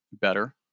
better